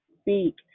speak